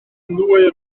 nwy